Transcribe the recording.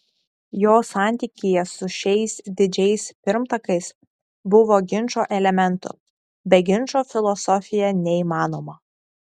jo santykyje su šiais didžiais pirmtakais buvo ginčo elementų be ginčo filosofija neįmanoma